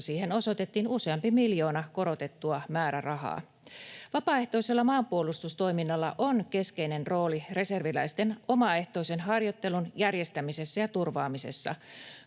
siihen osoitettiin useampi miljoona korotettua määrärahaa. Vapaaehtoisella maanpuolustustoiminnalla on keskeinen rooli reserviläisten omaehtoisen harjoittelun järjestämisessä ja turvaamisessa.